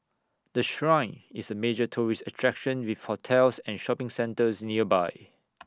the Shrine is A major tourist attraction with hotels and shopping centres nearby